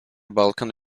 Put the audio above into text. balkan